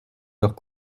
leurs